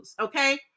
okay